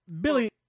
Billy